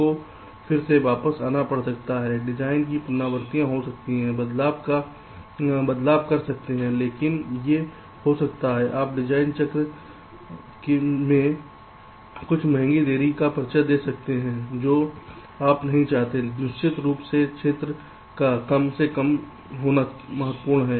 तो आपको फिर से वापस आना पड़ सकता है डिज़ाइन पर पुनरावृति हो सकती है बदलाव कर सकते हैं लेकिन ये हो सकता है आप डिज़ाइन चक्र में कुछ महँगी देरी का परिचय दे सकते हैं जो आप नहीं चाहते हैं निश्चित रूप से क्षेत्र का कम से कम होना महत्वपूर्ण है